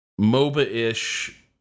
MOBA-ish